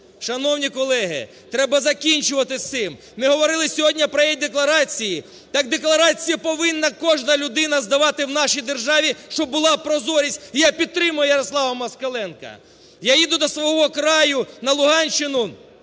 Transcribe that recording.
Шановні колеги, треба закінчувати з цим. Ми говорили сьогодні про е-декларації, так декларація повинна кожна людина здавати в нашій державі, щоб була прозорість. І я підтримую Ярослава Москаленка. Я їду до свого краю, на Луганщину,